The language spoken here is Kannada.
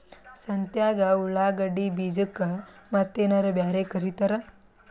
ಸಂತ್ಯಾಗ ಉಳ್ಳಾಗಡ್ಡಿ ಬೀಜಕ್ಕ ಮತ್ತೇನರ ಬ್ಯಾರೆ ಕರಿತಾರ?